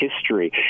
history